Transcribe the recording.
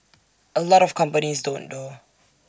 A lot of companies don't though